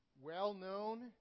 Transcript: well-known